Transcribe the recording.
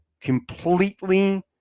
completely